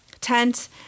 tent